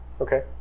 okay